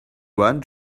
one